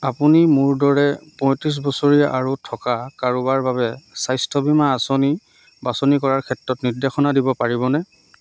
আপুনি মোৰ দৰে পঁয়ত্ৰিছ বছৰীয়া আৰু থকা কাৰোবাৰ বাবে স্বাস্থ্য বীমা আঁচনি বাছনি কৰাৰ ক্ষেত্ৰত নিৰ্দেশনা দিব পাৰিবনে